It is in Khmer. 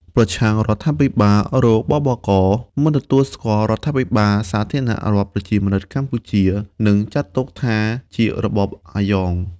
ប្រឆាំងរដ្ឋាភិបាល រ.ប.ប.ក.: មិនទទួលស្គាល់រដ្ឋាភិបាលសាធារណរដ្ឋប្រជាមានិតកម្ពុជា និងចាត់ទុកថាជារបបអាយ៉ង។